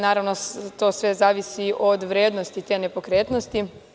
Naravno to sve zavisi od vrednosti te nepokretnosti.